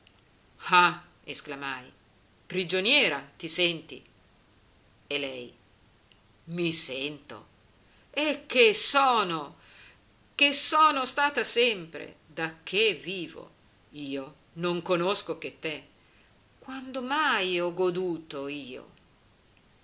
esclamai prigioniera ti senti e lei i sento e che sono che sono stata sempre da che vivo io non conosco che te quando mai ho goduto io